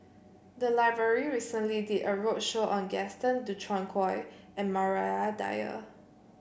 the library recently did a roadshow on Gaston Dutronquoy and Maria Dyer